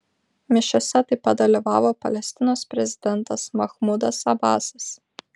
mišiose taip pat dalyvavo palestinos prezidentas mahmudas abasas